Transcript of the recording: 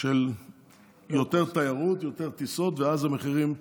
של יותר תיירות, יותר טיסות ואז המחירים ירדו.